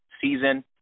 season